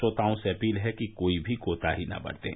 श्रोताओं से अपील है कि कोई भी कोताही न बरतें